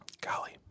golly